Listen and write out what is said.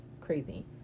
crazy